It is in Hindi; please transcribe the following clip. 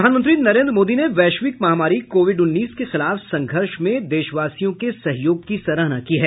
प्रधानमंत्री नरेंद्र मोदी ने वैश्विक महामारी कोविड उन्नीस के खिलाफ संघर्ष में देशवासियों के सहयोग की सराहना की है